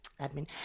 admin